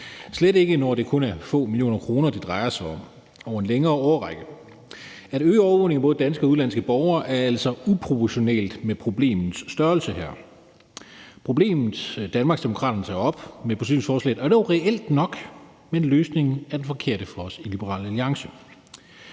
slet ikke, når det kun er få millioner kroner, det drejer sig om, over en længere årrække. At øge overvågningen af både danske og udenlandske borgere er altså uproportionalt med problemets størrelse. Problemet, som Danmarksdemokraterne tager op med beslutningsforslaget, er dog reelt nok, men løsningen er den forkerte for os i Liberal Alliance.